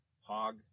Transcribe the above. hog